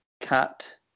cat